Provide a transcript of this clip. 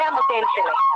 זה המודל.